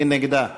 דניאל עטר,